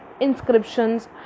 inscriptions